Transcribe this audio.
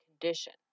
condition